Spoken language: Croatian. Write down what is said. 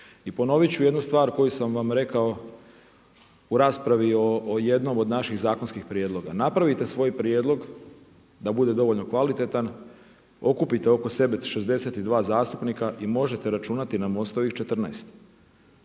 I ponovit ću jednu stvar koju sam vam rekao u raspravi o jednom od naših zakonskih prijedloga. Napravite svoj prijedlog da bude dovoljno kvalitetan, okupite oko sebe 62 zastupnika i možete računati na MOST-ovih 14.